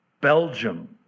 Belgium